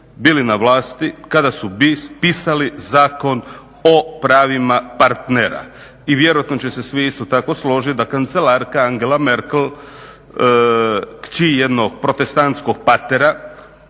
bili na vlasti kada su pisali Zakon o pravima partera i vjerojatno će se svi isto tako da kancelarka Angela Merkel kći jednog protestantskog partnera